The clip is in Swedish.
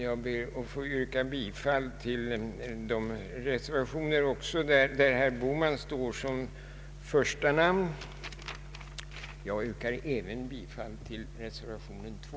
Jag ber att få yrka bifall till de reservationer där herr Bohman står som första namn. Jag yrkar även bifall till reservationen 2.